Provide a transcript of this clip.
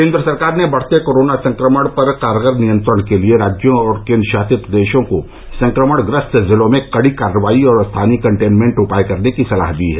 केंद्र सरकार ने बढ़ते कोरोना संक्रमण पर कारगर नियंत्रण के लिए राज्यों और केंद्र शासित प्रदेशों को संक्रमण ग्रस्त जिलों में कड़ी कार्रवाई और स्थानीय कंटेनमेंट उपाय करने की सलाह दी है